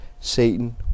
Satan